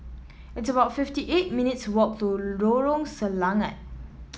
it's about fifty eight minutes' walk to Lorong Selangat